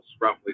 roughly